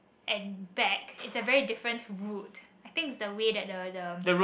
and back is a very different route I think it's the way that the the